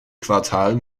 quartal